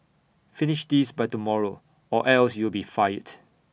finish this by tomorrow or else you'll be fired